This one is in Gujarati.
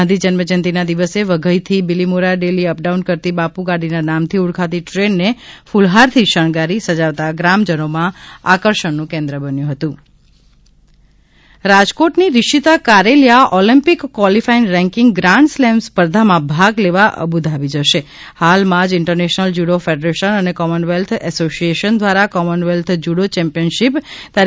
ગાંધી જન્મ જયંતીના દિવસે વઘઇ થી બીલીમોરા ડેલી અપડાઉન કરતી બાપુ ગાડીના નામ થી ઓળખાતી ટ્રેન ને ફ્લફાર થી શણગારી સજાવતા ગ્રામજનોમાં આકર્ષણનું કેન્દ્ર બન્યું હતું રાજકોટની Rishita Kareliya Olympic qualify ranking grand slam સ્પર્ધામાં ભાગ લેવા અબુધાબી જશે હાલમાં જ ઇન્ટરનેશનલ જુડો ફેડરેશન અને કોમનવેલ્થ એસોસિએશન દ્વારા કોમનવેલ્થ જુડો ચેમ્પિયનશિપ તા